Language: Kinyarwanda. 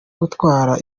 gutwara